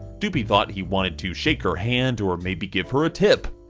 doopie thought he wanted to shake her hand or maybe give her a tip.